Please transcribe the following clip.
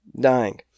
dying